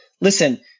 Listen